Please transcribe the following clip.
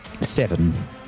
Seven